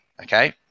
Okay